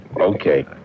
Okay